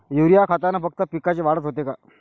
Urea खतानं फक्त पिकाची वाढच होते का?